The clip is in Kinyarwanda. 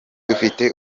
dufite